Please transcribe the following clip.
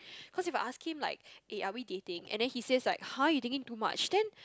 cause if I ask him like eh are we dating and then he says like !huh! you thinking too much then